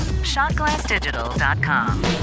shotglassdigital.com